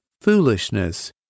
foolishness